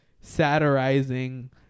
satirizing